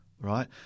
Right